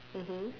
mmhmm